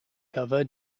cover